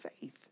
faith